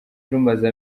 rumaze